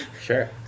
Sure